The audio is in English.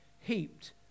heaped